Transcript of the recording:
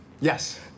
Yes